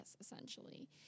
essentially